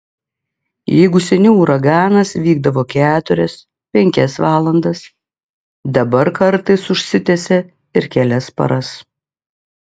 jeigu seniau uraganas vykdavo keturias penkias valandas dabar kartais užsitęsia ir kelias paras